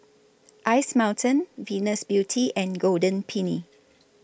Ice Mountain Venus Beauty and Golden Peony